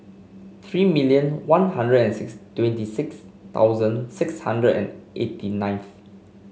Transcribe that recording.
three million One Hundred and six twenty six thousand six hundred and eighty ninth